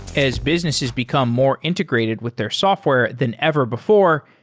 as businesses become more integrated with their software than ever before,